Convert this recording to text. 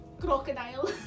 crocodile